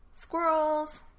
squirrels